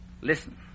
Listen